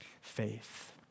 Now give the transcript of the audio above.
faith